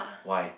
why